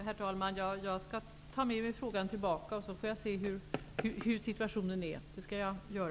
Herr talman! Jag skall ta med mig frågan tillbaka. Jag får se hur situationen är.